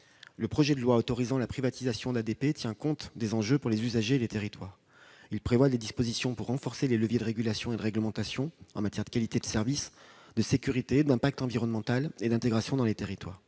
Le projet de loi autorisant la privatisation d'ADP tient compte des enjeux pour les usagers et les territoires. Il prévoit des dispositions pour renforcer les leviers de régulation et de réglementation en matière de qualité de service, de sécurité, d'impact environnemental et d'intégration dans les territoires.